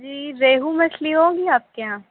جی ریہو مچھلی ہوگی آپ کے یہاں